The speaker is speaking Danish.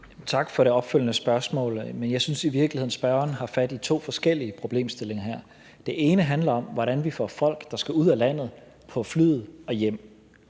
Tak for det opfølgende spørgsmål. Jeg synes i virkeligheden, at spørgeren har fat i to forskellige problemstillinger her. Det ene handler om, hvordan vi får folk, der skal ud af landet, på flyet og hjem.